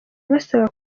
abasaba